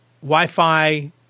Wi-Fi